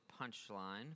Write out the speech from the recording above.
punchline